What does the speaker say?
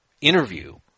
interview